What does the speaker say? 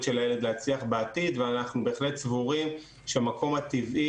של הילד להצליח בעתיד ואנחנו בהחלט סבורים שהמקום הטבעי